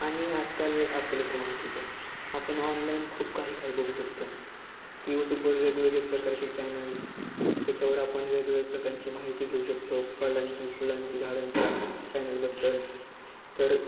आणि आजकाल आपल्याला तर माहितीच आहे आपण ऑनलाईन खूप काही काही बघू शकतो स्क्यूट्यूबवर वेगवेगळे प्रकारचे चॅनल्स त्याच्यावर आपण वेगवेगळ्या प्रकारची माहिती घेऊ शकतो फळांची फुलांची झाडांच्या चॅनलबद्दल तर